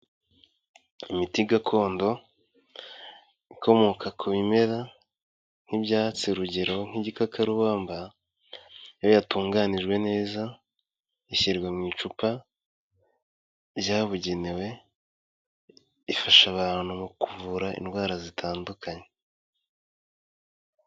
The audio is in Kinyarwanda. Imiti gakondo ikomoka ku bimera nk'ibyatsi urugero nk'igikakarubamba, iyo yatunganijwe neza ishyirwa mu icupa ryabugenewe, ifasha abantu mu kuvura indwara zitandukanye.